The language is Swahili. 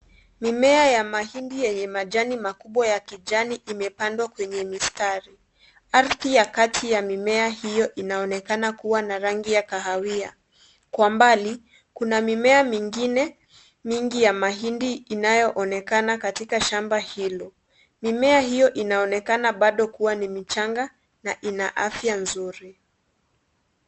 Mimea ya mahindi yenye majani makubwa ya kijani imepandwa kwenye mistari. Ardhi ya kati ya mimea hio inaonekana kuwa na rangi ya kahawia. Kwa mbali kuna mimea mingine mingi ya mahindi inayoonekana katika shamba hilo. Mimea hio inaonekana bado kuwa ni michanga na ina afya nzuri.